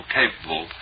capable